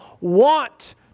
want